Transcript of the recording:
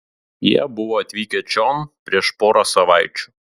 jie buvo atvykę čion prieš porą savaičių